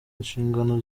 inshingano